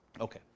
Okay